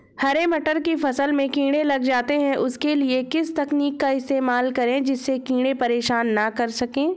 हरे मटर की फसल में कीड़े लग जाते हैं उसके लिए किस तकनीक का इस्तेमाल करें जिससे कीड़े परेशान ना कर सके?